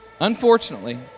Unfortunately